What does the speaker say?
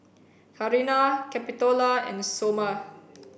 Karina Capitola and Somer